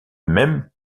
même